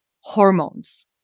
hormones